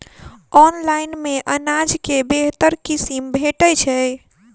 Online मे अनाज केँ बेहतर किसिम भेटय छै?